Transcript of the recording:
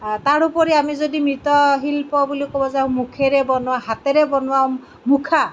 তাৰোপৰি আমি যদি মৃৎ শিল্প বুলি ক'ব যাওঁ মুখেৰে বনোৱা হাতেৰে বনোৱা মুখা